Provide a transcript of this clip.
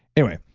anyway,